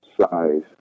size